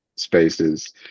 spaces